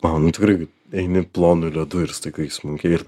pamenu nu tikrai kaip eini plonu ledu ir staiga įsmunki ir